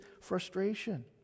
frustration